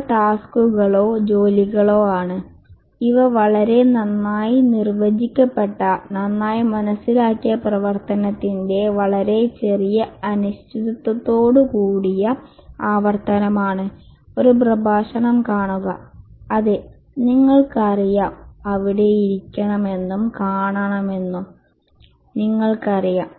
ഇവ ടാസ്ക്കുകളോ ജോലികളോ ആണ് ഇവ വളരെ നന്നായി നിർവചിക്കപ്പെട്ട നന്നായി മനസിലാക്കിയ പ്രവർത്തനത്തിന്റെ വളരെ ചെറിയ അനിശ്ചിതത്വത്തോട് കൂടിയ ആവർത്തനമാണ് ഒരു പ്രഭാഷണം കാണുന്നത് അതെ നിങ്ങൾ അവിടെ ഇരിക്കണമെന്നും കാണാമെന്നും നിങ്ങൾക്കറിയാം